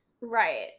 right